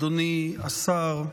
אדוני השר,